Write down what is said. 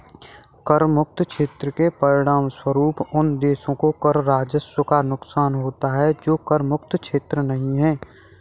कर मुक्त क्षेत्र के परिणामस्वरूप उन देशों को कर राजस्व का नुकसान होता है जो कर मुक्त क्षेत्र नहीं हैं